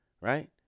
right